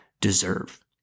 deserve